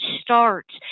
starts